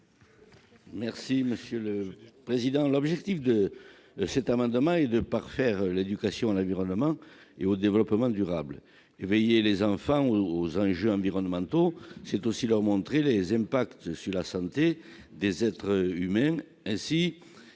M. Roland Courteau. L'objet de cet amendement est de parfaire l'éducation à l'environnement et au développement durable. Éveiller les enfants aux enjeux environnementaux, c'est aussi leur montrer les impacts sur la santé des êtres humains.